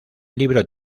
libro